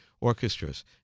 orchestras